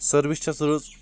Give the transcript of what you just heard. service چھس رٕژ